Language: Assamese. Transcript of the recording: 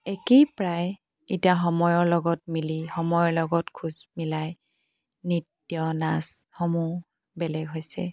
একেই প্ৰায় এতিয়া সময়ৰ লগত মিলি সময়ৰ লগত খোজ মিলাই নৃত্য নাচসমূহ বেলেগ হৈছে